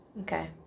Okay